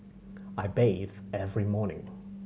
I bathe every morning